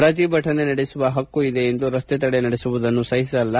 ಪ್ರತಿಭಟನೆ ನಡೆಸುವ ಹಕ್ಕು ಇದೆ ಎಂದು ರಸ್ತೆ ತಡೆ ನಡೆಸುವುದನ್ನು ಸಹಿಸಲ್ಲ